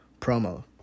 promo